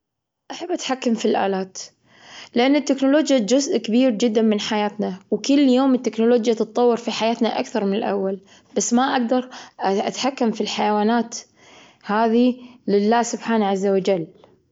أحب أتحكم في الآلات لأن التكنولوجيا جزء كبير جدا من حياتنا، وكل يوم التكنولوجيا تتطور في حياتنا أكثر من الأول. بس ما أقدر أتحكم في الحيوانات، هذي لله سبحانه عز وجل.